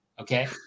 okay